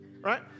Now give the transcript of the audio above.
right